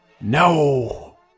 No